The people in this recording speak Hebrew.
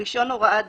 "רישיון הוראת דרך",